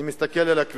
אני מסתכל על הכביש,